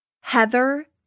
Heather